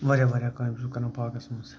واریاہ واریاہ کامہِ چھُس بہٕ کران باغَس منٛز